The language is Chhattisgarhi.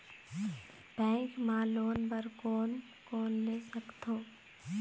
बैंक मा लोन बर कोन कोन ले सकथों?